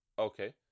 Okay